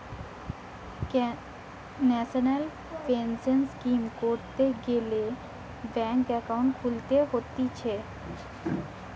national pension scheme করতে গ্যালে bank account খুলতে হতিছে